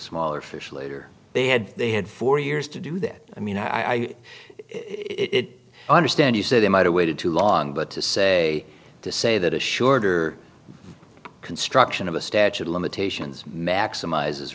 smaller fish later they had they had four years to do that i mean i it understand you said they might have waited too long but to say to say that a shorter construction of a statute of limitations maximize